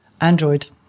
Android